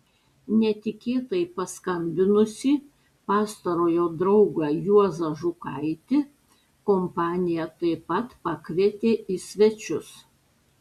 netikėtai paskambinusį pastarojo draugą juozą žukaitį kompanija taip pat pakvietė į svečius